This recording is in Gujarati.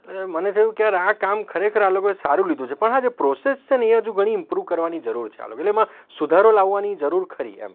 એટલે મને થયું કે યાર આ કામ ખરેખર આ લોકોએ સારું લીધું છે પણ આ જે પ્રોસેસ છે ને એ હજુ ઘણી ઇમ્પ્રુવ કરવાની જરૂર છે આ લોકોએ એટલે એમાં સુધારો લાવવાની જરૂર ખરી એમ